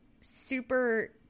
super